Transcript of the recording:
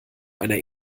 einer